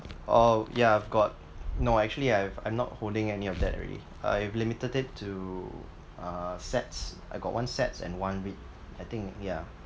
oh yeah I've got no actually I've I'm not holding any of that already I have limited it to uh sets I got one sets and one REIT I think yeah